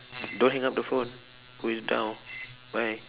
don't hang up the phone put it down bye